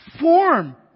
form